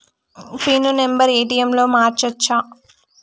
Pin number ATM లో మార్చచ్చా?